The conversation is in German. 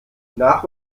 nach